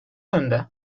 yönde